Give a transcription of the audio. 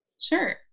sure